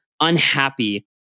unhappy